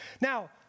Now